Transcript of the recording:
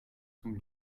zum